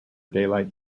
daylight